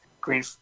Green